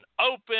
open